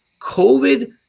COVID